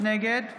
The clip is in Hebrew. נגד